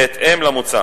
בהתאם למוצע,